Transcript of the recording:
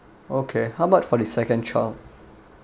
okay how much for the second child